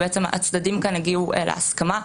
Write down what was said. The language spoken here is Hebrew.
הצדדים כאן הגיעו להסכמה.